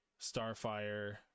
Starfire